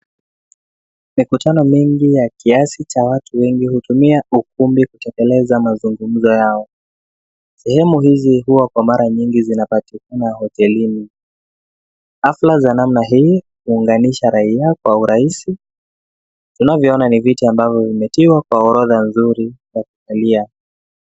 Mikutano mingi ya kiasi cha watu wengi hutumia ukumbi kutekeleza mazungumzo yao. Sehemu hizi huwa kwa mara nyingi zinapatikana hotelini. Hafla za namna hii huunganisha raia kwa urahisi. Tunavyoona ni viti ambavyo vimetiwa kwa orodha nzuri ya kukalia.